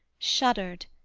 shuddered,